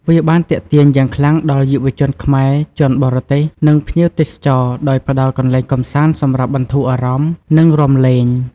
វាបានទាក់ទាញយ៉ាងខ្លាំងដល់យុវជនខ្មែរ ជនបរទេស និងភ្ញៀវទេសចរ ដោយផ្តល់កន្លែងកម្សាន្តសម្រាប់បន្ធូរអារម្មណ៍ និងរាំលេង។